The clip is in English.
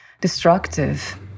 destructive